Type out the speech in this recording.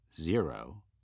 zero